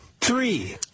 Three